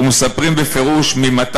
/ ומספרים בפירוש: מי,